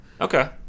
Okay